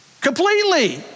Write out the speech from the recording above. Completely